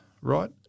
right